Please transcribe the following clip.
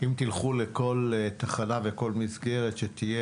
אם תלכו לכל תחנה ולכל מסגרת שבה תהיה